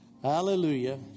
Hallelujah